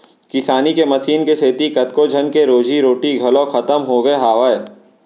किसानी के मसीन के सेती कतको झन के रोजी रोटी घलौ खतम होगे हावय